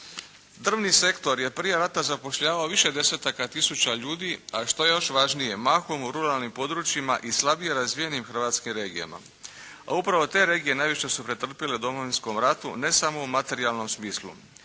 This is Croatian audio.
Drvni sektor je prije rata zapošljavao više desetaka tisuća ljudi, a što je još važnije mahom u ruralnim područjima i slabije razvijenim hrvatskim regijama. A upravo te regije najviše su pretrpjele u Domovinskom ratu, ne samo u materijalnom smislu.